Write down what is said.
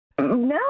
No